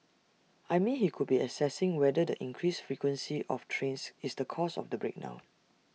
I mean he could be assessing whether the increased frequency of trains is the cause of the break down